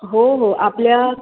हो हो आपल्या